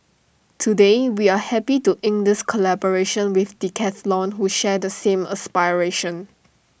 today we are happy to ink this collaboration with Decathlon who share the same aspiration